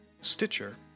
Stitcher